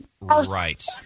Right